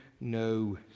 no